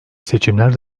seçimler